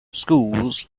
schools